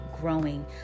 growing